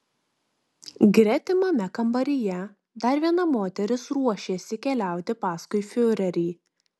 gretimame kambaryje dar viena moteris ruošėsi keliauti paskui fiurerį